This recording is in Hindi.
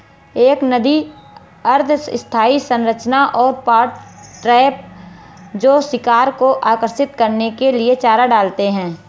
एक नदी अर्ध स्थायी संरचना और पॉट ट्रैप जो शिकार को आकर्षित करने के लिए चारा डालते हैं